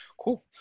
cool